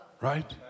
Right